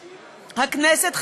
הכנסת,